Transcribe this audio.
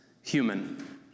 human